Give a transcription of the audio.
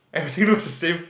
everything looks the same